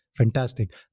Fantastic